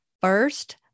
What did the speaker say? First